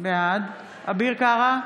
בעד אביר קארה,